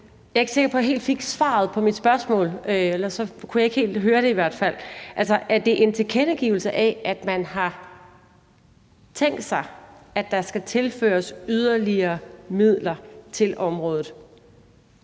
Jeg er ikke sikker på, at jeg helt fik svar på mit spørgsmål, eller også kunne jeg i hvert fald ikke helt høre det. Altså, er det en tilkendegivelse af, at man har tænkt sig, at der skal tilføres yderligere midler til området